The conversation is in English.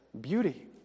beauty